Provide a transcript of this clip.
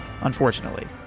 unfortunately